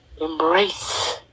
embrace